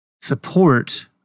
support